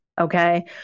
Okay